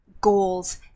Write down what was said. goals